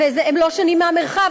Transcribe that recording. הם לא שונים מהמרחב,